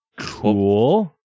Cool